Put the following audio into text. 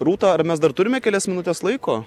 rūta ar mes dar turime kelias minutes laiko